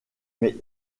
mais